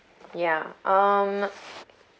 ya um